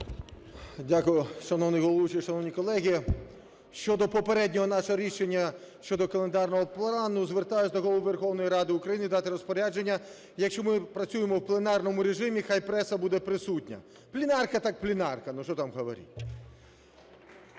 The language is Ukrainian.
Дякую, шановний головуючий, шановні колеги. Щодо попереднього нашого рішення щодо календарного плану. Звертаюсь до Голови Верховної Ради України дати розпорядження, якщо ми працюємо в пленарному режимі, хай преса буде присутня. Пленарка - так пленарка, ну, что там говорить.